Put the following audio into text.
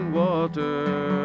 water